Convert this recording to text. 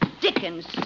Dickens